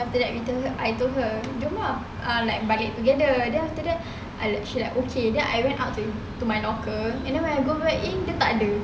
after that we tell her I told her jom ah uh like balik together then after that she like okay then I went to my locker and then when I go back eh dia tak ada